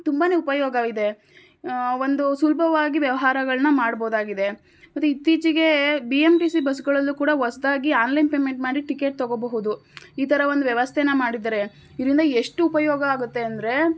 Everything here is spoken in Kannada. ತುಂಬಾ ಉಪಯೋಗವಿದೆ ಒಂದು ಸುಲಭವಾಗಿ ವ್ಯವಹಾರಗಳನ್ನ ಮಾಡಬಹುದಾಗಿದೆ ಮತ್ತೆ ಇತ್ತೀಚೆಗೆ ಬಿ ಎಮ್ ಟಿ ಸಿ ಬಸ್ಸುಗಳಲ್ಲೂ ಕೂಡ ಹೊಸದಾಗಿ ಆನ್ಲೈನ್ ಪೇಮೆಂಟ್ ಮಾಡಿ ಟಿಕೆಟ್ ತಗೋಬಹುದು ಈ ಥರ ಒಂದು ವ್ಯವಸ್ಥೇನ ಮಾಡಿದ್ದಾರೆ ಇದ್ರಿಂದ ಎಷ್ಟು ಉಪಯೋಗ ಆಗುತ್ತೆ ಅಂದರೇ